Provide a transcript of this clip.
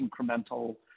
incremental